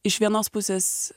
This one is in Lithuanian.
iš vienos pusės